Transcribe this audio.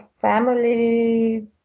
family